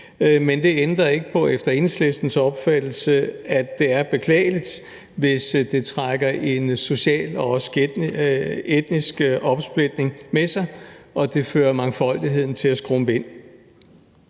Men det ændrer efter Enhedslistens opfattelse ikke på, at det er beklageligt, hvis det trækker en social og også etnisk opsplitning med sig, og det får mangfoldigheden til at skrumpe ind.